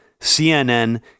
CNN